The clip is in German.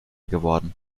geworden